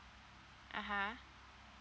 uh !huh!